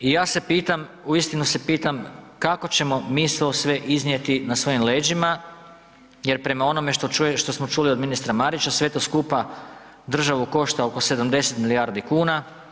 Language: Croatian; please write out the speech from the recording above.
I ja se pitam, uistinu se pitam kako ćemo mi to sve iznijeti na svojim leđima jer prema onome što čujemo, što smo čuli od ministra Marića, sve to skupa državu košta oko 70 milijardi kuna.